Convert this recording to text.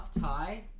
tie